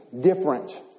different